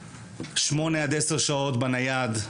שמונה עד עשר שעות בטלפון הנייד,